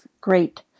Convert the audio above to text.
great